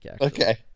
Okay